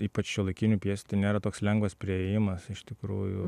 ypač šiuolaikinių pjesių tai nėra toks lengvas priėjimas iš tikrųjų